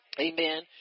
Amen